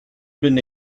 been